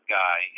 guy